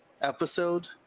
Episode